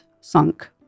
sunk